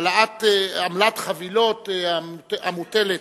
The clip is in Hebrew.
עמלת חבילות המוטלת,